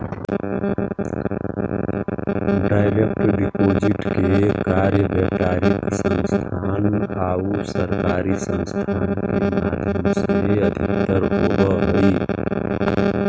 direct deposit के कार्य व्यापारिक संस्थान आउ सरकारी संस्थान के माध्यम से अधिकतर होवऽ हइ